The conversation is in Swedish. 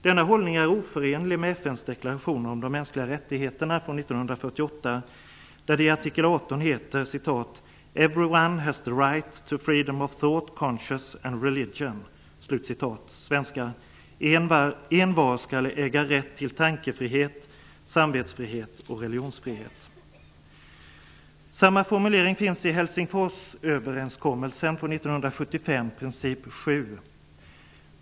Denna hållning är oförenlig med FN:s deklarationer från 1948 om de mänskliga rättigheterna, där det i artikel 18 heter: ''Everyone has the right to freedom of thought, conscience and religion'' -- envar skall äga rätt till tankefrihet, samvetsfrihet och religionsfrihet Samma formulering finns i Helsingforsöverenskommelsen från 1975, princip 7.